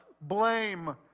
blame